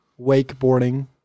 wakeboarding